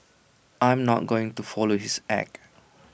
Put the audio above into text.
I am not going to follow his act